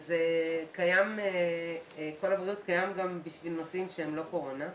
קיים גם עבור נושאים שהם לא קורונה.